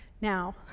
Now